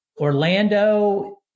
Orlando